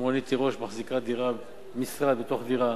אם רונית תירוש מחזיקה משרד בתוך דירה